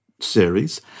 series